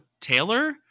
Taylor